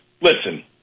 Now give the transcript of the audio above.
listen